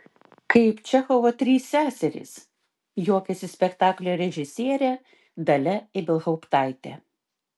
kaip čechovo trys seserys juokiasi spektaklio režisierė dalia ibelhauptaitė